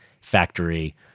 factory